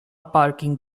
parking